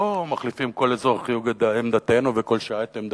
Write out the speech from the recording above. לא מחליפים כל אזור חיוג את עמדתנו וכל שעה את עמדתנו.